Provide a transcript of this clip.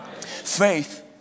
faith